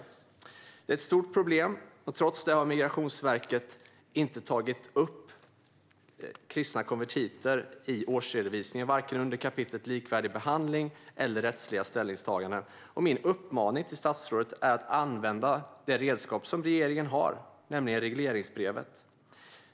Detta är ett stort problem, men trots det har Migrationsverket inte tagit upp kristna konvertiter i årsredovisningen, varken under kapitlet Likvärdig behandling eller under kapitlet Rättsliga ställningstaganden. Min uppmaning till statsrådet är att använda det redskap regeringen har, nämligen regleringsbrevet.